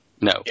No